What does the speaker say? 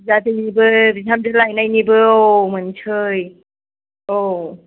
बियादैनिबो बिहामजो लायनायनिबो औ मोनसै औ